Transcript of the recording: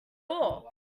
all